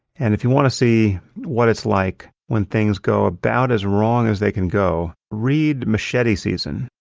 and if you want to see what it's like when things go about as wrong as they can go, read machete season,